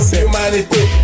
humanity